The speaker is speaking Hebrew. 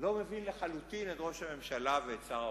לא מבין, לחלוטין, את ראש הממשלה ואת שר האוצר,